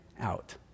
out